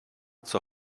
zur